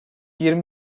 yirmi